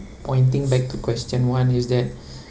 pointing back to question one is that